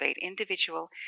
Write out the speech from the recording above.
individual